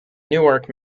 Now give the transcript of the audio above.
newark